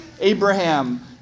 Abraham